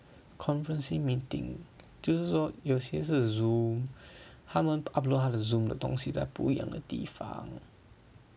conferencing meeting 就是说有些是 Zoom 他们 upload 他的 Zoom 的东西在不一样的地方